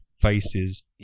faces